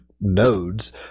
nodes